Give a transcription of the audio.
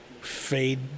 Fade